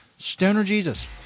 STONERJESUS